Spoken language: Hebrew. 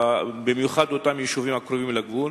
במיוחד אותם יישובים הקרובים לגבול,